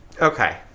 okay